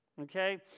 Okay